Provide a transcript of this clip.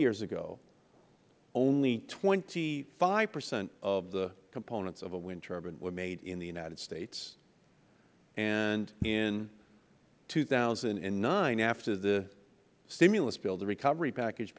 years ago only twenty five percent of the components of a wind turbine were made in the united states and in two thousand and nine after the stimulus bill the recovery package